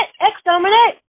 exterminate